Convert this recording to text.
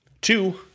Two